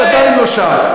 את עדיין לא שם.